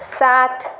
ساتھ